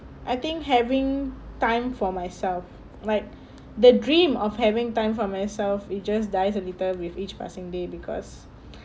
I think having time for myself like the dream of having time for myself it just dies a little with each passing day because